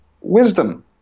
wisdom